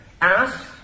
ask